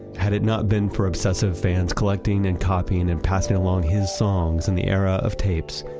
had it not been for obsessive fans collecting and copying and passing along his songs in the era of tapes,